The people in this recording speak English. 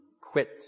quit